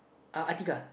uh Atiqah